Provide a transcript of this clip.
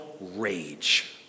rage